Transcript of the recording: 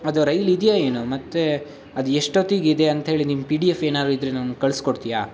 ಅದು ರೈಲ್ ಇದೆಯಾ ಏನು ಮತ್ತು ಅದು ಎಷ್ಟೊತ್ತಿಗೆ ಇದೆ ಅಂತೇಳಿ ನಿಮ್ಮ ಪಿ ಡಿ ಎಫ್ ಏನಾದ್ರು ಇದ್ದರೆ ನನ್ಗೆ ಕಳಿಸ್ಕೊಡ್ತ್ಯಾ